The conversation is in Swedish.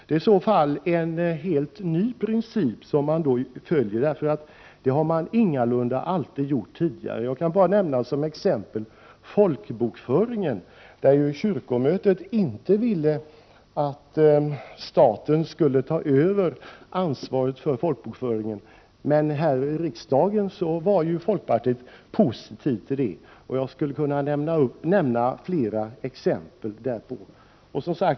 Det är i så fall en helt ny princip. Det har man ingalunda alltid gjort tidigare. Jag kan nämna ett exempel: folkbokföringen, där ju kyrkomötet inte ville att staten skulle ta över ansvaret för folkbokföringen. Här i riksdagen var folkpartiet positivt till det. Jag skulle kunna nämna fler exempel.